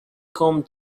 came